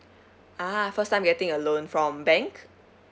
ah first time getting a loan from bank